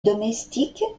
domestique